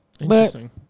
Interesting